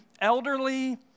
elderly